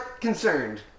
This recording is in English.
concerned